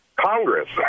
Congress